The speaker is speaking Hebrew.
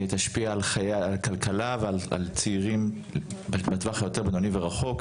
תשפיע על חיי הכלכלה ועל צעירים בטווח היותר בינוני ורחוק.